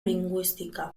lingüística